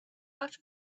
out